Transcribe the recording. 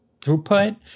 throughput